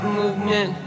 movement